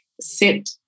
sit